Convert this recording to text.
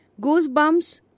Goosebumps